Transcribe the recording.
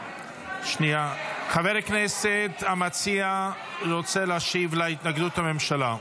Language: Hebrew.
חבר הכנסת המציע רוצה להשיב להתנגדות הממשלה.